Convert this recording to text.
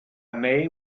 mei